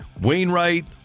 Wainwright